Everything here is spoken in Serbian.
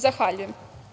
Zahvaljujem.